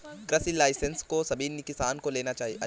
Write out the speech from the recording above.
कृषि लाइसेंस को सभी किसान को लेना अनिवार्य है